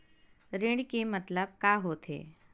ऋण के मतलब का होथे?